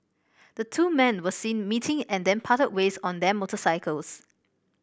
the two men were seen meeting and then parted ways on their motorcycles